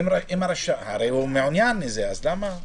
הרי הוא מעוניין בזה, אז למה?